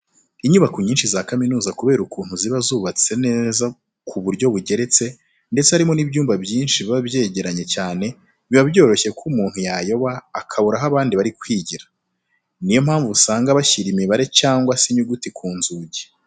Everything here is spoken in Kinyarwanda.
Inyubako nyinshi za kaminuza kubera ukuntu ziba zubatse neza ku buryo bugeretse ndetse harimo n'ibyumba byinshi biba byegeranye cyane, biba byoroshye ko umuntu yayoba akabura aho abandi bari kwigira. Ni yo mpamvu usanga bashyira imibare cyangwa se inyuguti ku nzugi.